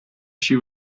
she